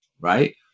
right